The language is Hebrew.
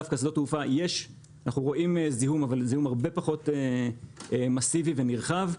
דווקא בשדות תעופה אנחנו רואים זיהום אבל זיהום הרבה פחות מאסיבי ונרחב.